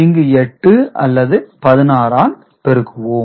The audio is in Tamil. இங்கு 8 அல்லது 16 ஆல் பெருக்குவோம்